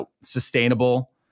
sustainable